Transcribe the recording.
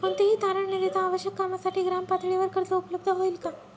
कोणतेही तारण न देता आवश्यक कामासाठी ग्रामपातळीवर कर्ज उपलब्ध होईल का?